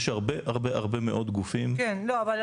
יש הרבה הרבה הרבה מאוד גופים שפועלים.